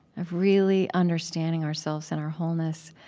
of really understanding ourselves in our wholeness.